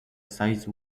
size